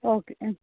okay ಹ್ಞೂ